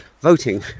voting